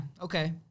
Okay